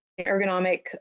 ergonomic